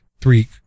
three